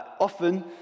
often